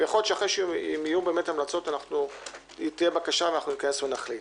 ויכול להיות שאחרי שיהיו המלצות ותהיה בקשה נתכנס ונחליט.